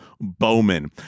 Bowman